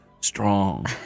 Strong